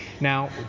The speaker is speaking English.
Now